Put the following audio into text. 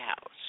House